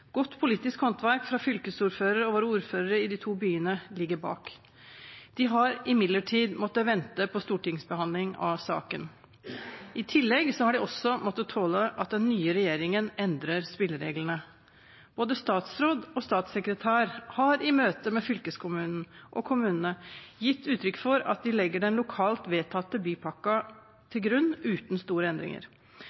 Godt politisk håndverk fra fylkesordførere og våre ordførere i de to byene ligger bak. De har imidlertid måttet vente på stortingsbehandling av saken. I tillegg har de også måttet tåle at den nye regjeringen endrer spillereglene. Både statsråd og statssekretær har i møter med fylkeskommunen og kommunene gitt uttrykk for at de legger den lokalt vedtatte bypakken til grunn, uten store endringer.